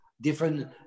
different